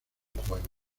juegos